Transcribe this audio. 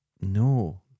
No